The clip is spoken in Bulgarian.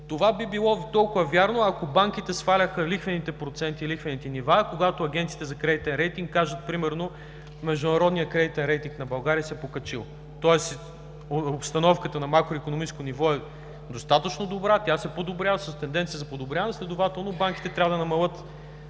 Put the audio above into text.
Това би било дотолкова вярно, ако банките сваляха лихвените проценти, лихвените нива, когато агенциите за кредитен рейтинг кажат примерно: „Международният кредитен рейтинг на България се е покачил“. Тоест обстановката на макроикономическо ниво е достатъчно добра, с тенденция за подобряване, следователно банките трябва да намалят